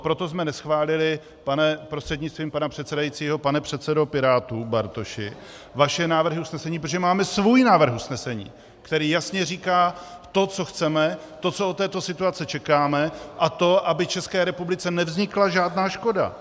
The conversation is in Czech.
Proto jsme neschválili, prostřednictvím pana předsedajícího pane předsedo Pirátů Bartoši, vaše návrhy usnesení, protože máme svůj návrh usnesení, který jasně říká to, co chceme, to, co od této situace čekáme, a to, aby České republice nevznikla žádná škoda: